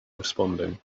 responding